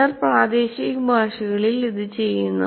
ചിലർ പ്രാദേശിക ഭാഷകളിൽ ഇത് ചെയ്യുന്നു